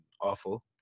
awful